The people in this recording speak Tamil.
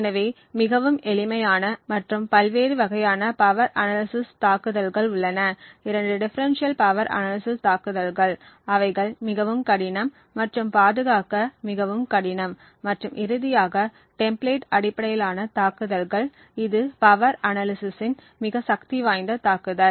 எனவே மிகவும் எளிமையான மற்றும் பல்வேறு வகையான பவர் அனாலிசிஸ் தாக்குதல்கள் உள்ளன இரண்டு டிஃபெரென்ஷியல் பவர் அனாலிசிஸ் தாக்குதல்கள் அவைகள் மிகவும் கடினம் மற்றும் பாதுகாக்க மிகவும் கடினம் மற்றும் இறுதியாக டெம்பிலேட் அடிப்படையிலான தாக்குதல்கள் இது பவர் அனாலிசிஸ் இன் மிக சக்திவாய்ந்த தாக்குதல்